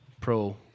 pro